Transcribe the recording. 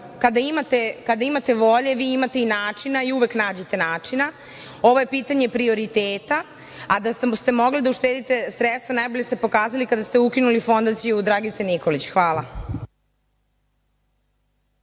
kada imate volje vi imate i načina i uvek nađete načina. Ovo je pitanje prioriteta, a da ste mogli da uštedite sredstva najbolje ste pokazali kada ste ukinuli fondaciju Dragice Nikolić. Hvala.